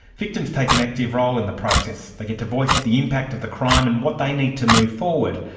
victims take an active role in the process, they get to voice the impact of the crime and what they need to move forward.